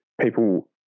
people